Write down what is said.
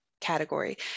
category